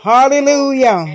Hallelujah